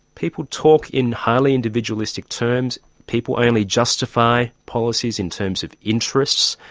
people talk in highly individualistic terms, people only justify policies in terms of interests.